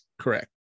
Correct